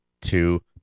two